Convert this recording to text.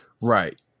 Right